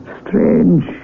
strange